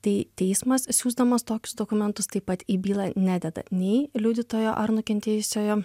tai teismas siųsdamas tokius dokumentus taip pat į bylą nededa nei liudytojo ar nukentėjusiojo